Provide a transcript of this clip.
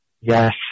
Yes